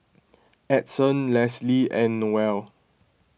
Edson Lesley and Noelle